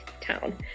town